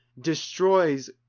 destroys